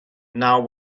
now